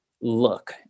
look